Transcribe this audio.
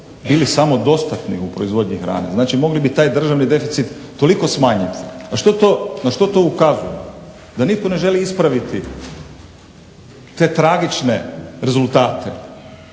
bili samodostatni u proizvodnji hrane, znači mogli bi taj državni deficit toliko smanjit. Na što to ukazuje, da nitko ne želi ispraviti te tragične rezultate,